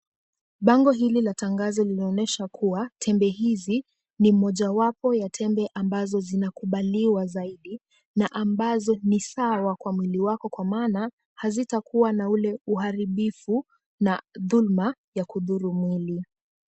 Bango hili la tangazo linaonyesha kuwa tembe hizi ni mojawapo ya tembe ambazo zinakubaliwa zaidi na ambazo ni sawa kwa mwili wako kwa maana hazitakuwa na ule uharibifu na dhuluma ya kudhuru mwili.